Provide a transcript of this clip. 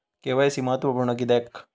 KYC महत्त्वपुर्ण किद्याक?